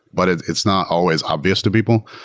but it's it's not always obvious to people.